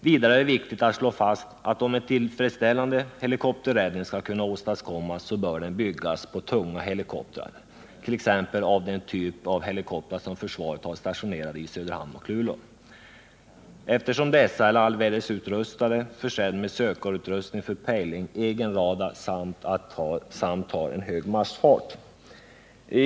Vidare är det viktigt att slå fast att för att en tillfredsställande helikopterräddning skall kunna åstadkommas bör den byggas på tunga helikoptrar, t.ex. den typ av helikoptrar som försvaret har stationerade i Söderhamn och Luelå, eftersom dessa är allvädersutrustade, försedda med sökarutrustning för pejling och egenradar samt har en hög marschfart.